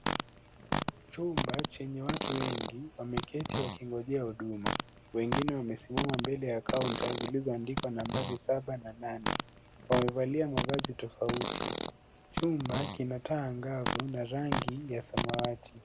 Chumba chenye watu wengi wameketi wakingojea huduma wengine wamesimama mbele ya counter zilizoandikwa nambari saba na nane. Wamevalia mavazi tofauti chumba kina taa angavu na rangi samawati.